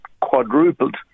quadrupled